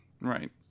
Right